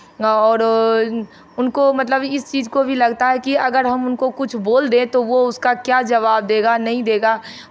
और उनको मतलब इस चीज़ को भी लगता है कि अगर हम उसको कुछ बोल दें तो वो उसका क्या जवाब देगा नहीं देगा